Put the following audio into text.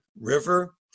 river